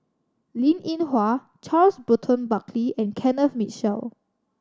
Linn In Hua Charles Burton Buckley and Kenneth Mitchell